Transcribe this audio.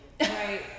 Right